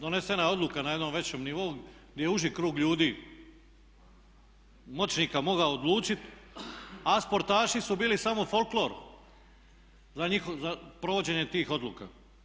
Donesena je odluka na jednom većem nivou gdje je uži krug ljudi moćnika mogao odlučiti a sportaši su bili samo folklor za provođenje tih odluka.